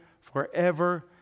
forever